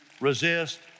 resist